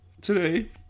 today